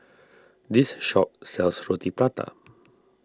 this shop sells Roti Prata